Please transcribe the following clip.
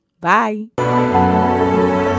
Bye